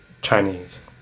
Chinese